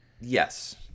Yes